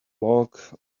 log